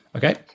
Okay